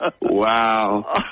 Wow